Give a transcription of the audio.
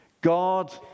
God